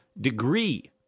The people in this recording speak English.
degree